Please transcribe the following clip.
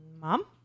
Mom